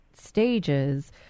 stages